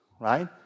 right